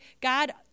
God